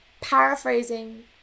paraphrasing